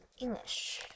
English